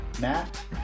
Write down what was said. Matt